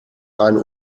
einen